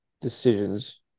decisions